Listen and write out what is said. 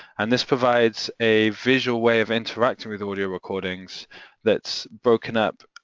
and this provides a visual way of interacting with audio recordings that's broken up